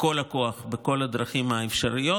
בכל הכוח, בכל הדרכים האפשריות,